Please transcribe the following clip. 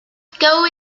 court